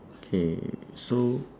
okay so